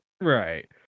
Right